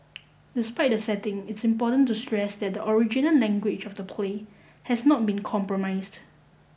despite the setting it's important to stress that the original language of the play has not been compromised